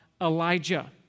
Elijah